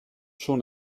schon